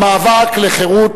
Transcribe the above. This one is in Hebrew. המאבק לחירות,